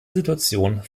situation